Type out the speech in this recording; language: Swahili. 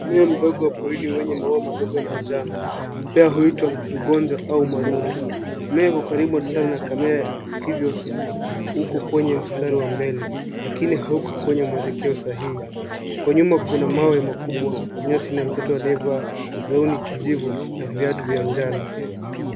Mimea mdogo wa porini wenye maua madogo ya manjano. Pia huitwa mgonjwa au maruru. Mimea ukokaribu hasa na kamera hivyo huko kwenye mstari wa mbele. Lakini huko kwenye mwelekeo sahihi. Kwa nyuma kuna mawe makubwa, nyasi na mtoto alievaa gauni kijivu na viatu vya njano.